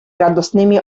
radosnymi